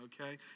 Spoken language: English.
Okay